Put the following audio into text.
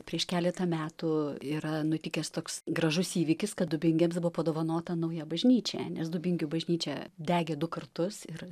prieš keletą metų yra nutikęs toks gražus įvykis kad dubingiams buvo padovanota nauja bažnyčia nes dubingių bažnyčia degė du kartus ir